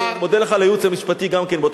אני מודה לך על הייעוץ המשפטי גם כן,